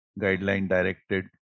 guideline-directed